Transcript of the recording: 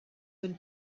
when